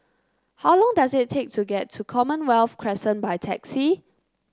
how long does it take to get to Commonwealth Crescent by taxi